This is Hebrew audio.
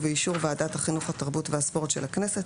ובאישור ועדת החינוך התרבות והספורט של הכנסת,